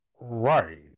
Right